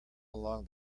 along